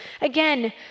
Again